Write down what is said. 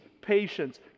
patience